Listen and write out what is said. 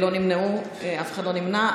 אף אחד לא נמנע.